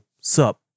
sup